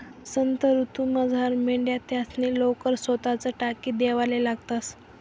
वसंत ऋतूमझार मेंढ्या त्यासनी लोकर सोताच टाकी देवाले लागतंस